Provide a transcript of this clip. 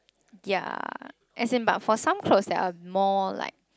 ya as in but for some clothes that are more like